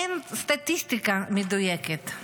אין סטטיסטיקה מדויקת.